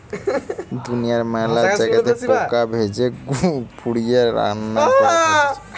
দুনিয়ার মেলা জায়গাতে পোকা ভেজে, পুড়িয়ে, রান্না করে খাইতেছে